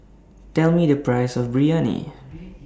Tell Me The Price of Biryani